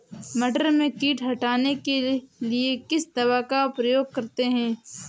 मटर में कीट हटाने के लिए किस दवा का प्रयोग करते हैं?